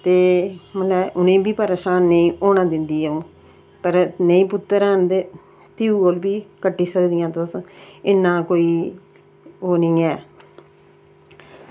ते उ'नेंगी बी परेशान नेईं होना दिंदी अं'ऊ पर नेईं पुत्तर हैन ते तयूर बी कट्टी सकदियां तुस इन्ना कोई ओह् निं ऐ